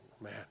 man